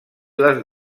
les